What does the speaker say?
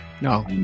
No